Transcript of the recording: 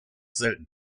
selten